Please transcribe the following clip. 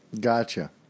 Gotcha